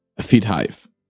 FeedHive